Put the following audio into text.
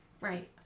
Right